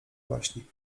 baśni